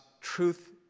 truth